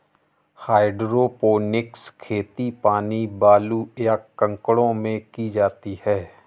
hydroponics खेती पानी, बालू, या कंकड़ों में की जाती है